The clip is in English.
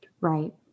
Right